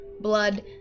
blood